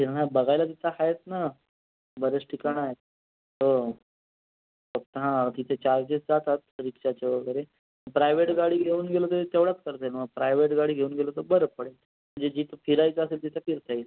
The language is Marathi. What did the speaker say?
फिरण्यात बघायला तिथं आहेत ना बरेच ठिकाणं आहेत हो फक्त हां तिथे चार्जेस जातात रिक्षाचे वगैरे प्रायवेट गाडी घेऊन गेलो तरी तेवढाच खर्च येणार प्रायवेट गाडी घेऊन गेलो तर बरं पडेल म्हणजे जिथे फिरायचं असेल तिथं फिरता येईल